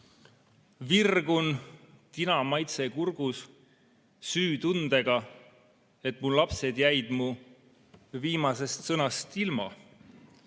Virgun, tinamaitse kurgus, süütundega, et mu lapsed jäid mu viimasest sõnast ilma.